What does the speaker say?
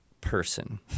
person